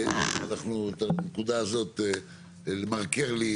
אנחנו את הנקודה הזאת מרקר לי,